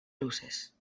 luzez